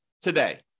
today